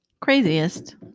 craziest